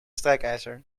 strijkijzer